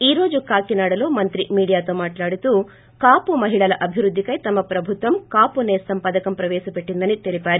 ఈ రోజు కాకేనాడలో మంత్రి మీడియాతో మాట్లాడుతూ కాపు మహిళల అభివృద్దికై తమ ప్రభుత్వం కాపు నేస్తం పథకం ప్రవేశపెట్టిందని తెలిపారు